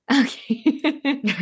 Okay